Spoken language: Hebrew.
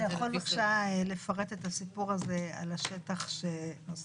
אתה יכול, בבקשה, לפרט את הסיפור על השטח שנוסף